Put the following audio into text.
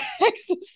exercise